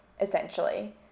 essentially